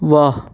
واہ